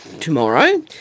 tomorrow